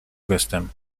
gestem